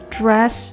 dress